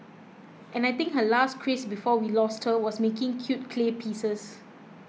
and I think her last craze before we lost her was making cute clay pieces